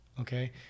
Okay